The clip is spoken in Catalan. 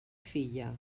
filla